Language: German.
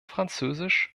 französisch